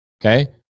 okay